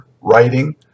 writing